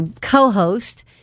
co-host